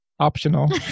optional